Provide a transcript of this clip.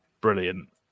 brilliant